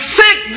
sick